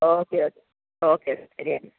okay okay okay ശരി anti